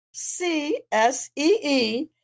C-S-E-E